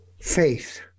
Faith